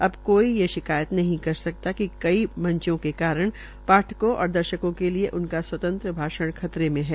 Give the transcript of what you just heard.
अब कोई ये शिकायत नहीं कर सकता कि कई मंचों के कारण पाठकों और दर्शकों के लिये उनका स्वतंत्र भाषण खतरे में है